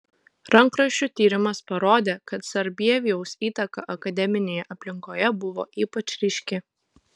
rankraščių tyrimas parodė kad sarbievijaus įtaka akademinėje aplinkoje buvo ypač ryški